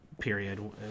Period